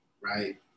right